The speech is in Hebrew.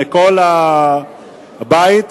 מכל הבית,